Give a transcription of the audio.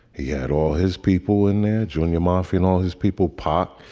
he had all his people in that junior mafia and all his people pop.